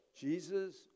Jesus